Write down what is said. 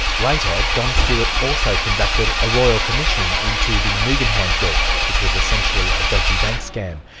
later, don stewart also conducted a royal commission into the nugan hand group, which was essentially a dodgy bank scam.